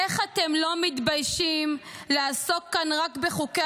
איך אתם לא מתביישים לעסוק כאן רק בחוקי